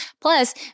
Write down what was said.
Plus